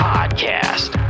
Podcast